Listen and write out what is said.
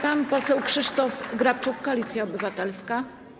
Pan poseł Krzysztof Grabczuk, Koalicja Obywatelska.